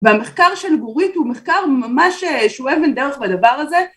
והמחקר של גורית הוא מחקר ממש שהוא אבן דרך בדבר הזה